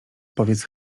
powiedz